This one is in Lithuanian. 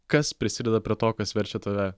kas prisideda prie to kas verčia tave